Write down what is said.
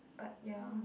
but ya